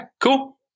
cool